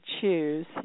choose